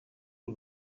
uru